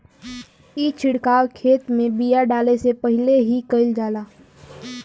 ई छिड़काव खेत में बिया डाले से पहिले ही कईल जाला